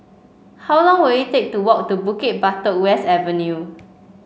how long will it take to walk to Bukit Batok West Avenue